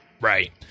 Right